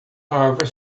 however